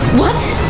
what?